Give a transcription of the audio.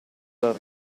dal